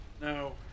No